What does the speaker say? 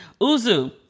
Uzu